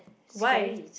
why